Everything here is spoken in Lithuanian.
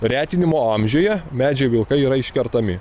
retinimo amžiuje medžiai vilkai yra iškertami